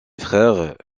frère